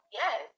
yes